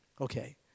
Okay